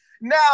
Now